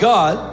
God